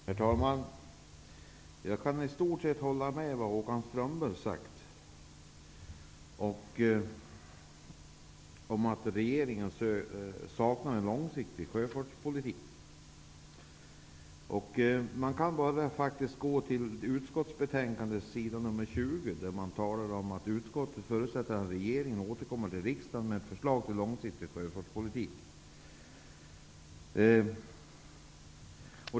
Herr talman! Jag kan i stort sett instämma med Håkan Strömberg när han säger att regeringen saknar en långsiktig sjöfartspolitik. Detta framhålls också på utskottsbetänkandets s. 20, där utskottet förutsätter att regeringen återkommer till riksdagen med förslag till en långsiktig sjöfartspolitik.